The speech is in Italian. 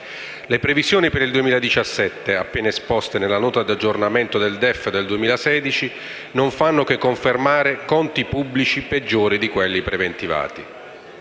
Le previsioni per il 2017, appena esposte nella Nota di aggiornamento al DEF 2016, non fanno che confermare conti pubblici peggiori di quelli preventivati;